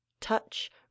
touch